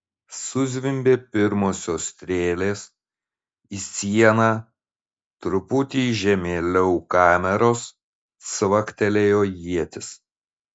suzvimbė pirmosios strėlės į sieną truputį žemėliau kameros cvaktelėjo ietis